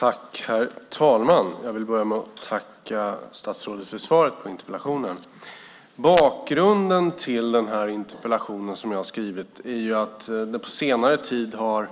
Herr talman! Jag vill börja med att tacka statsrådet för svaret på interpellationen. Bakgrunden till den interpellation jag har skrivit är att på senare tid har